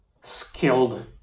skilled